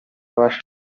bashaka